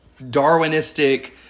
Darwinistic